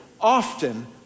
often